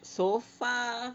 so far